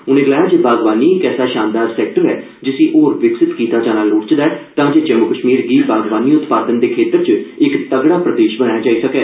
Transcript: उन्ने गलाआ जे बागवानी इक ऐसा शानदार सैक्टर ऐ जिसी होर विकसित कीता जाना लोड़चदा ऐ तांजे जम्मू कश्मीर गी बागवानी उत्पादन दे खेतर च इक तगड़ा प्रदेश बनाया जाई सकै